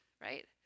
right